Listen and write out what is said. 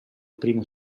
primo